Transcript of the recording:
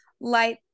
light